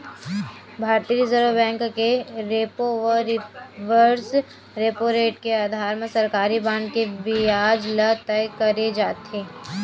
भारतीय reserve bank के repo व रिवर्स रेपो रेट के अधार म सरकारी बांड के बियाज ल तय करे जाथे